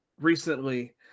recently